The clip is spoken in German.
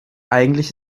eigentlich